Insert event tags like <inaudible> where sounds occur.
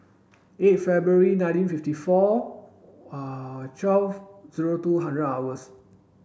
eight February nineteen fifty four <hesitation> twelve zero two hundred hours